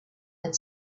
had